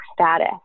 status